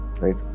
Right